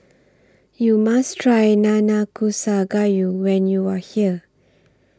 YOU must Try Nanakusa Gayu when YOU Are here